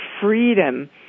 freedom